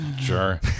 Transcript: Sure